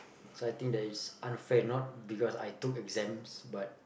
so I think that is unfair not because I took exams but